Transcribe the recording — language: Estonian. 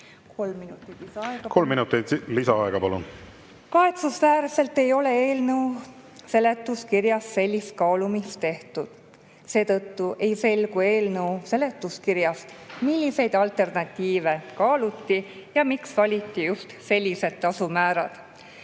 Kolm minutit lisaaega, palun! Kahetsusväärselt ei ole eelnõu seletuskirjas sellist kaalumist tehtud. Seetõttu ei selgu eelnõu seletuskirjast, milliseid alternatiive kaaluti ja miks valiti just sellised tasumäärad.